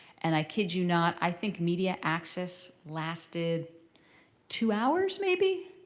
and i kid you not, i think media access lasted two hours, maybe.